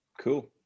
Cool